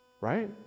Right